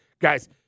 Guys